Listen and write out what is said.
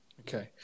Okay